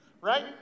Right